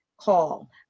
call